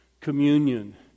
Communion